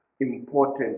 important